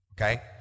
Okay